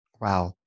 Wow